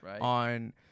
on